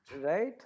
Right